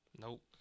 Nope